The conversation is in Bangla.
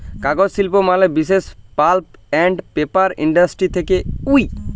কাগজ শিল্প ম্যালা বিসেস পাল্প আন্ড পেপার ইন্ডাস্ট্রি থেক্যে হউ